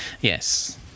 Yes